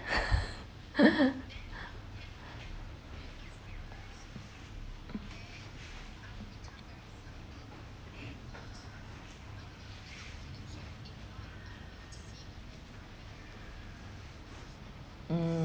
mm